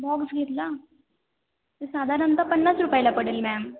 box घेतला ते साधारणतः पन्नास रुपयाला पडेल मॅम